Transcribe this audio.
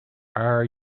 are